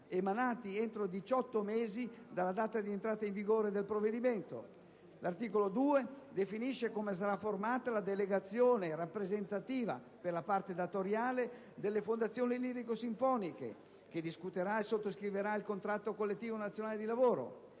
emanati entro 18 mesi dalla data di entrata in vigore del provvedimento. L'articolo 2 definisce come sarà formata la delegazione rappresentativa per la parte datoriale delle fondazioni lirico-sinfoniche che discuterà e sottoscriverà il contratto collettivo nazionale di lavoro.